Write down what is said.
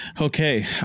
Okay